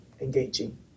engaging